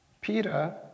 Peter